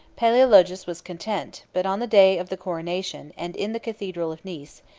palaeologus was content but, on the day of the coronation, and in the cathedral of nice,